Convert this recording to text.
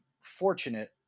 fortunate